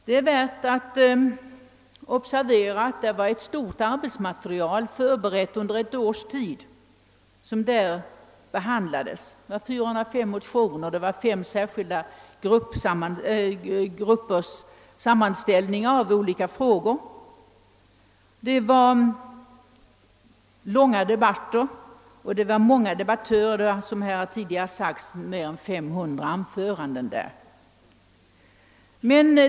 Man bör observera att det var ett stort arbetsmaterial, förberett under ett års tid, som behandlades vid kongressen. Det var 403 motioner, det var fem särskilda gruppers sammanställningar av olika frågor, det var långa debatter och många debattörer, mer än 500 anföranden hölls.